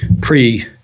pre